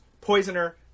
Poisoner